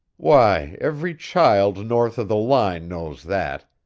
why, every child north of the line knows that.